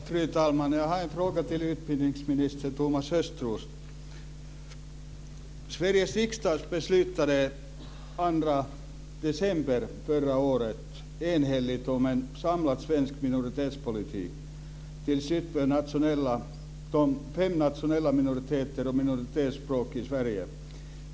Fru talman! Jag har en fråga till utbildningsminister Thomas Östros. Sveriges riksdag beslutade den 2 december förra året enhälligt om en samlad svensk minoritetspolitik för de fem nationella minoriteterna och minoritetsspråken i Sverige.